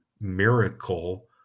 miracle